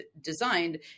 designed